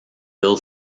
bill